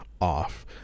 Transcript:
off